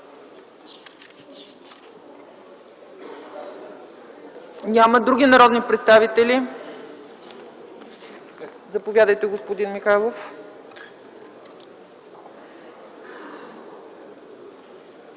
Има ли други народни представители? Заповядайте, господин Михайлов.